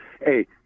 Hey